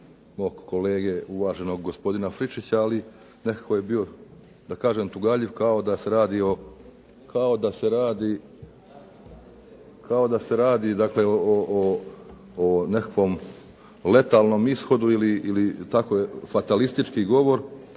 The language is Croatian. mog kolege, uvaženog gospodina Friščića, ali nekako je bio da kažem tugaljiv kao da se radi o nekakvom letalnom ishodu ili tako je fatalistički govor,